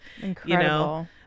Incredible